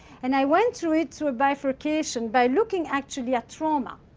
and i went through it through a bifurcation by looking, actually, at trauma,